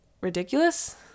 ridiculous